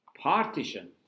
partition